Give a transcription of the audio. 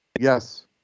Yes